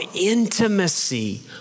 intimacy